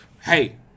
hey